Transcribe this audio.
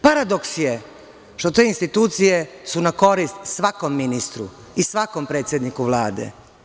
Paradoks je što te institucije su na korist svakom ministru i svakom predsedniku Vlade.